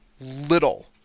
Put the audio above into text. little